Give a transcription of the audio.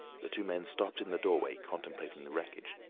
the two men stopped in the doorway, contemplating the wreckage.